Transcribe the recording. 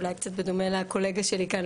אולי קצת בדומה לקולגה שלי כאן,